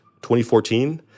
2014